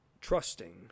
trusting